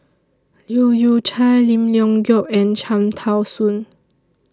Leu Yew Chye Lim Leong Geok and Cham Tao Soon